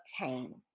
obtain